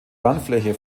landfläche